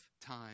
time